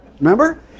Remember